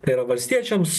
tai yra valstiečiams